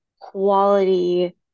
quality